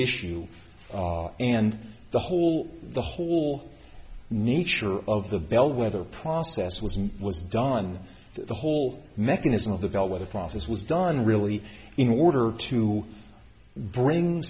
issue and the whole the whole nature of the bellwether process was it was done the whole mechanism of the bellwether process it was done really in order to bring